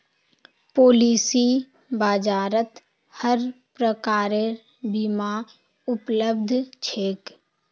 policy बाजारत हर प्रकारेर बीमा उपलब्ध छेक